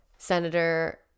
senator